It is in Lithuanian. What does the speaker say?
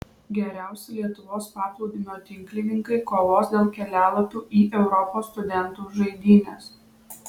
geriausi lietuvos paplūdimio tinklininkai kovos dėl kelialapių į europos studentų žaidynes